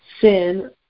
sin